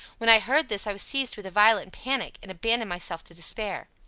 when i heard this i was seized with a violent panic, and abandoned myself to despair.